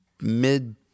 mid